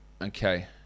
Okay